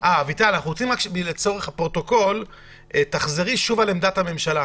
אנחנו רוצים לצורך הפרוטוקול שתחזרי שוב על עמדת הממשלה.